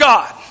God